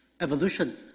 Evolution